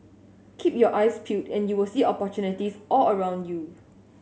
keep your eyes peeled and you will see opportunities all around you